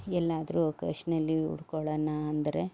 ಎಲ್ಲಾದ್ರೂ ಒಕೇಶ್ನಲಿ ಉಟ್ಕೊಳಣ ಅಂದರೆ